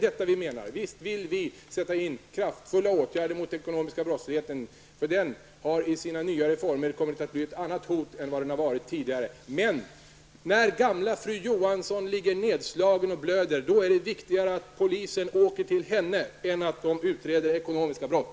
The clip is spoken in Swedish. Vi vill alltså sätta in kraftfulla åtgärder mot den ekonomiska brottsligheten, eftersom den i sina nyare former har kommit att bli ett allvarligare hot än den har varit tidigare. Men när gamla fru Johansson ligger nedslagen och blöder är det viktigare att polisen åker till henne än att de utreder ekonomiska brott.